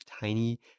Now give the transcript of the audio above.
tiny